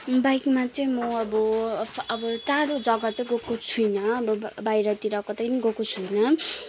बाइकमा चाहिँ म अब अब टाढो जग्गा चाहिँ गएको छुइनँ अब बा बाहिरतिर कतै पनि गएको छुइनँ